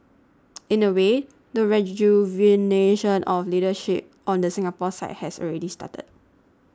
in a way the rejuvenation of leadership on the Singapore side has already started